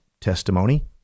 testimony